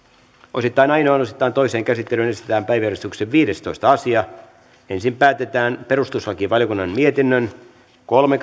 osittain ainoaan osittain toiseen käsittelyyn esitellään päiväjärjestyksen viidestoista asia ensin päätetään perustuslakivaliokunnan mietinnön kolme